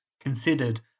considered